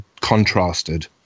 contrasted